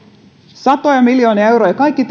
satoja miljoonia euroa kaikki